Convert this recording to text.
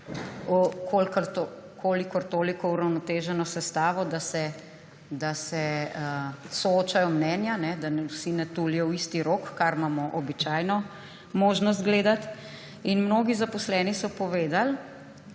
kolikor toliko uravnoteženo sestavo, da se soočajo mnenja, da vsi ne tulijo v isti rog, kar imamo običajno možnost gledati. Mnogi zaposleni so povedali,